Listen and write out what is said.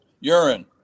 urine